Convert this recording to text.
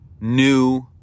new